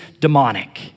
demonic